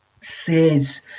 says